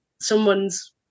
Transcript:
someone's